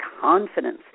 confidence